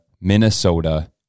minnesota